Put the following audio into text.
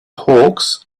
hawks